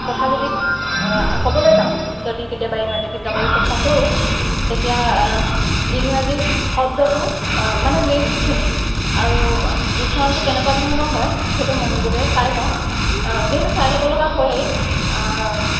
কথা যদি ক'বলৈ যাওঁ যদি কেতিয়াবা ইংৰাজী গীত গাবলৈ চেষ্টা কৰোঁ তেতিয়া ইংৰাজী শব্দটো মানে লিৰিক্সখিনি আৰু উচ্চাৰণটো কেনেকুৱা ধৰণৰ হয় সেইটো মনোযোগেৰে চাই লওঁ যিহেতু চাই ল'ব লগা হয়েই